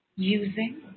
Using